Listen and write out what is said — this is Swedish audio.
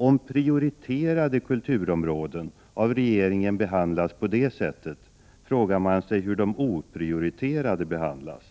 Om prioriterade kulturområden av regeringen behandlas på det sättet, frågar man sig hur de oprioriterade behandlas.